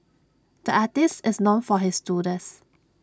the artist is known for his doodles